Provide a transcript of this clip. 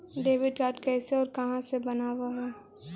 Debit card कैसे और कहां से बनाबे है?